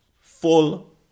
full